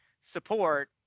support